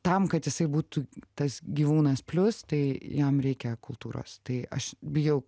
tam kad jisai būtų tas gyvūnas plius tai jam reikia kultūros tai aš bijau